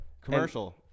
Commercial